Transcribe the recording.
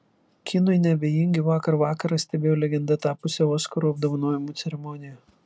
kinui neabejingi vakar vakarą stebėjo legenda tapusią oskarų apdovanojimų ceremoniją